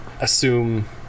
assume